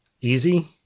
easy